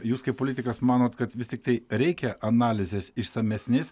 jūs kaip politikas manot kad vis tiktai reikia analizės išsamesnės